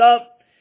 up